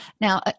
Now